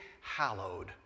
hallowed